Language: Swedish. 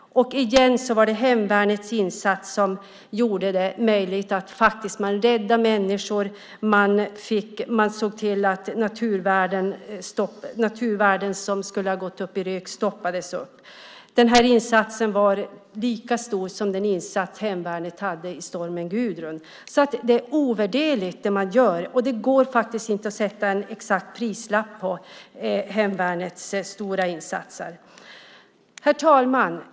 Återigen var det hemvärnets insats som gjorde det möjligt att rädda människor och att se till att elden stoppades så att ytterligare naturvärden inte gick upp i rök. Insatsen var lika stor som den insats hemvärnet gjorde i stormen Gudrun. Det hemvärnet gör är ovärderligt. Det går inte att sätta en exakt prislapp på dess stora insatser. Herr talman!